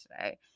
today